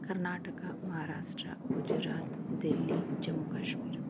Karnataka Maharashtra Gujarat Delhi Jammu Kashmir